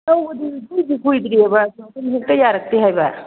ꯂꯧꯕꯗꯤ ꯏꯀꯨꯏꯗꯤ ꯀꯨꯏꯗ꯭ꯔꯤ ꯍꯥꯏꯕ ꯑꯗꯨꯝ ꯍꯦꯛꯇ ꯌꯥꯔꯛꯇꯦ ꯍꯥꯏꯕ